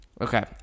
Okay